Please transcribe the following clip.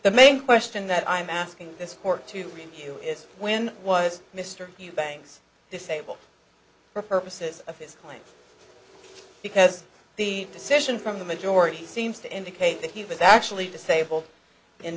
the main question that i'm asking this court to review is when was mr eubanks disabled for purposes of his claim because the decision from the majority seems to indicate that he was actually disabled in